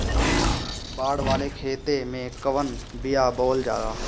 बाड़ वाले खेते मे कवन बिया बोआल जा?